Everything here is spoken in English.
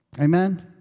Amen